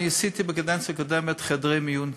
אני עשיתי בקדנציה הקודמת חדרי מיון קדמיים,